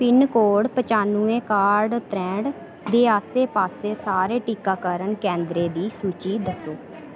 pin code पचानुए काह्ठ त्रेंह्ठ दे आस्सै पास्सै सारे टीकाकरण केंदरें दी सूची दस्सो